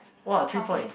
!wow! three point